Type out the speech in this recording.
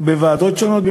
בוועדות שונות בכנסת,